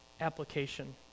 application